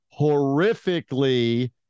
Horrifically